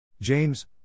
James